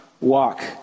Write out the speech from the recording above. walk